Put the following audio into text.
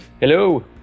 Hello